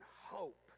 hope